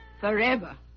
forever